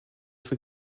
for